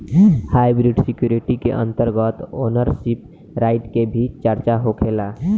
hybrid security के अंतर्गत ownership right के भी चर्चा होखेला